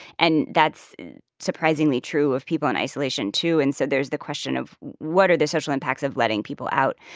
and that's surprisingly true of people in isolation, too. and so there's the question of, what are the social impacts of letting people out?